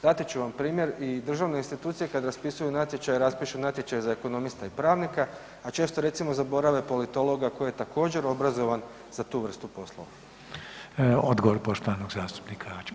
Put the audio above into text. Dati ću vam primjer i državne institucije kad raspisuju natječaje raspišu natječaj za ekonomista i pravnika, a često recimo zaborave politologa koji je također obrazovan za tu vrstu poslova.